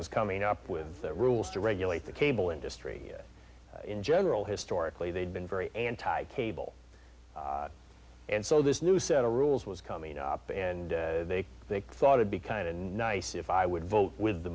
was coming up with rules to regulate the cable industry in general historically they'd been very anti cable and so this new set of rules was coming up and they they thought would be kind of a nice if i would vote with the